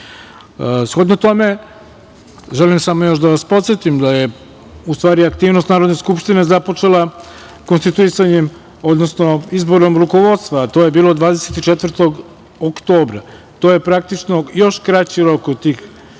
Srbije. Shodno tome, želim samo još da vas podsetim da je u stvari aktivnost Narodne skupštine započela konstituisanjem, odnosno izborom rukovodstva, a to je bilo 24. oktobra. To je praktično još kraći rok od godinu